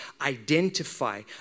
identify